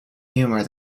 humour